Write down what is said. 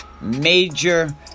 major